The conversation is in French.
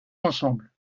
ensemble